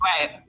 right